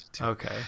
Okay